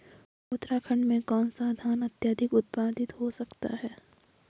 उत्तराखंड में कौन सा धान अत्याधिक उत्पादित हो सकता है?